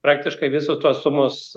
praktiškai visos tos sumos